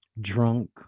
drunk